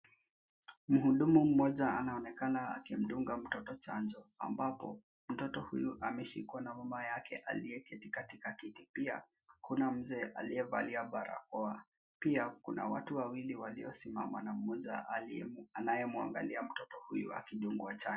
Mhudumu mmoja anaonekana akidunga mtoto chanjo ambapo mtoto huyu ameshikwa na mama yake aliyeketi katika kiti. Pia kuna mzee aliyevalia barakoa. Pia kuna watu wawili waliosimama na mmoja anayemwangalia mtoto huyu akidungwa chanjo.